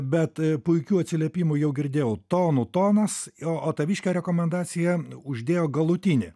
bet puikių atsiliepimų jau girdėjau tonų tonas o taviškė rekomendacija uždėjo galutinį